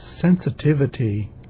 sensitivity